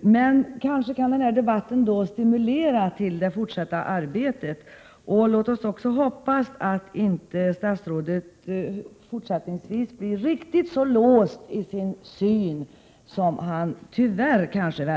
men kanske kan debatten ändå stimulera det fortsatta arbetet. Låt oss också hoppas att statsrådet inte fortsättningsvis blir riktigt så låst i sin syn som han tyvärr verkade vara i dag.